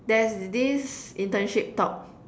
there's this internship talk